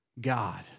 God